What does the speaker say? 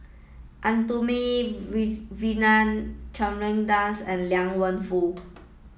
Arumugam Vijiaratnam Chandra Das and Liang Wenfu